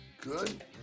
Good